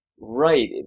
right